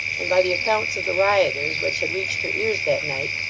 and by the accounts of the rioters which had reached her ears that night,